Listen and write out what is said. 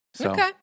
Okay